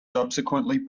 subsequently